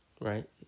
Right